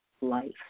life